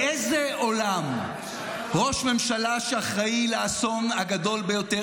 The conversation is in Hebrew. באיזה עולם ראש ממשלה שאחראי לאסון הגדול ביותר